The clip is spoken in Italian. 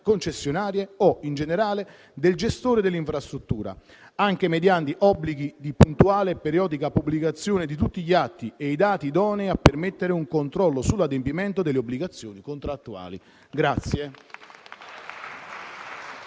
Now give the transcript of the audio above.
concessionarie o, in generale, del gestore dell'infrastruttura, anche mediante obblighi di puntuale e periodica pubblicazione di tutti gli atti e i dati idonei a permettere un controllo sull'adempimento delle obbligazioni contrattuali.